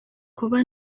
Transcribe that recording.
kuba